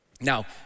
Now